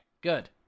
good